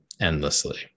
endlessly